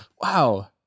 wow